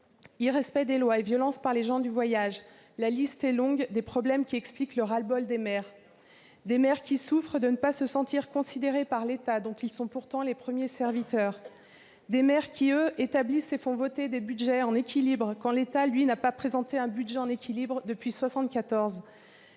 irrespect des lois et violences par les gens du voyage : la liste est longue des problèmes qui expliquent le ras-le-bol des maires. Des maires qui souffrent de ne pas se sentir considérés par l'État, dont ils sont pourtant les premiers serviteurs. Des maires qui, eux, établissent et font voter des budgets en équilibre, quand l'État, lui, n'a pas présenté un budget en équilibre depuis 1974.